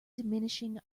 diminishing